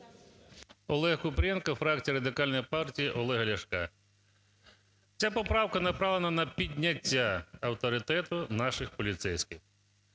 ОлегКупрієнко, фракція Радикальної партії Олега Ляшка. Ця поправка направлена на підняття авторитету наших поліцейських.